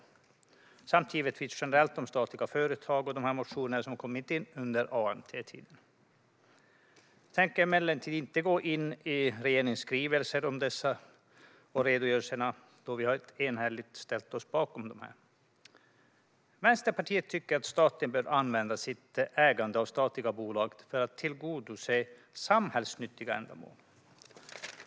Det handlar givetvis också generellt om statliga företag och de motioner som inkommit under allmänna motionstiden. Jag tänker emellertid inte gå in på regeringens skrivelser och dessa redogörelser, då vi enhälligt har ställt oss bakom dem. Vänsterpartiet tycker att staten bör använda sitt ägande av statliga bolag för att tillgodose samhällsnyttiga ändamål.